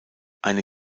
eine